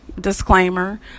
disclaimer